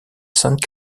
sainte